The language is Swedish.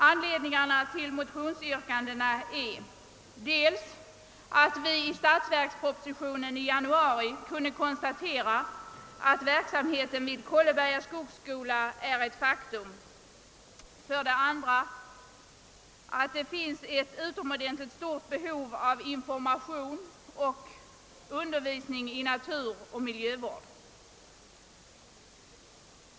Anledningarna till motionsyrkandena är dels att vi i den statsverksproposition som lades fram i januari kunde konstatera att verksamheten vid Kolleberga skogsskola är ett faktum, dels att det finns ett utomordentligt stort behov av information och undervisning i naturoch miljövård.